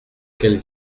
qu’elles